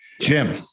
Jim